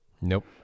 Nope